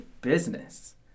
Business